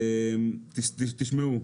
תשמעו,